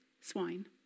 swine